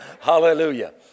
Hallelujah